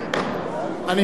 לליצן.